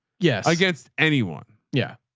yeah. against anyone? yeah.